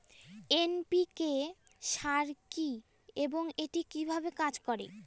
NPK সার কি এবং এটি কিভাবে কাজ করে?